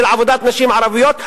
של עבודת נשים ערביות,